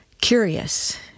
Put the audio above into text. curious